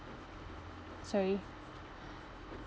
sorry